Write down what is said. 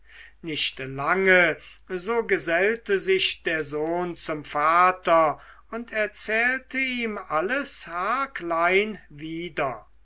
nicht lange so gesellte sich der sohn zum vater und erzählte ihm alles haarklein wieder